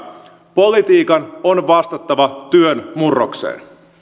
politiikan on vastattava työn murrokseen